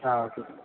okay